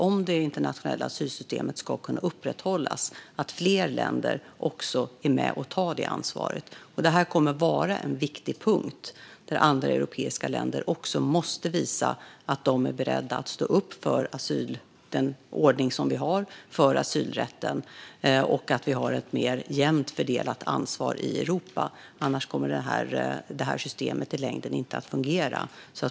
Om det internationella asylsystemet ska kunna upprätthållas är det nödvändigt att fler länder är med och tar det ansvaret. Det här kommer att vara en viktig punkt. Andra europeiska länder måste också visa att de är beredda att stå upp för den ordning som vi har för asylrätten och för ett mer jämnt fördelat ansvar i Europa. Annars kommer det här systemet i längden inte att fungera.